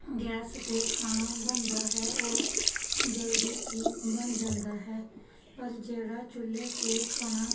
gas 'ਤੇ ਖਾਣਾ ਬਣਦਾ ਹੈ ਉਹ ਜਲਦੀ ਹੀ ਬਣ ਜਾਂਦਾ ਹੈ ਪਰ ਜਿਹੜਾ ਚੁੱਲ੍ਹੇ 'ਤੇ ਖਾਣਾ